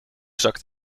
zakt